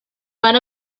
van